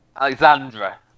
Alexandra